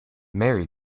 mary